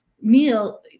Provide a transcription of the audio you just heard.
meal